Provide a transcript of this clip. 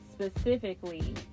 specifically